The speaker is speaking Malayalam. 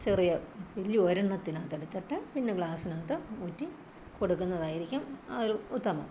ചെറിയ വലിയ ഒരെണ്ണെത്തിനകത്ത് എടുത്തിട്ട് പിന്നെ ഗ്ലാസ്സിനകത്ത് ഊറ്റി കൊടുക്കുന്നതായിരിക്കും ആ ഒരു ഉത്തമം